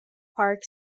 park